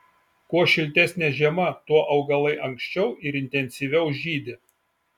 kuo šiltesnė žiema tuo augalai anksčiau ir intensyviau žydi